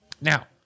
Now